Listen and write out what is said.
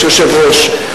יש יושב-ראש,